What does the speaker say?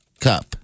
cup